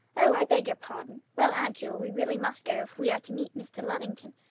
oh! i beg your pardon! well, aunt jewel, we really must go if we are to meet mr. luddington.